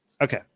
Okay